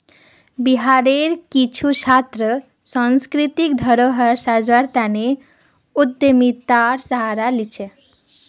बिहारेर कुछु छात्र सांस्कृतिक धरोहर संजव्वार तने उद्यमितार सहारा लिल छेक